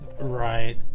Right